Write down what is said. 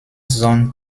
sohn